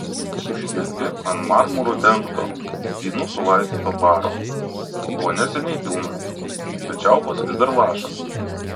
užkelti ant marmuru dengto vynu sulaistyto baro vonia seniai pilna bet čiaupas vis dar laša